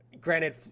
granted